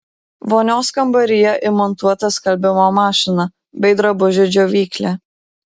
vonios kambaryje įmontuota skalbimo mašina bei drabužių džiovyklė